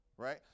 Right